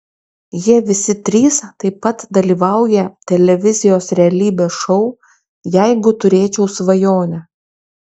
jie visi trys taip pat dalyvauja televizijos realybės šou jeigu turėčiau svajonę